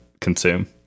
consume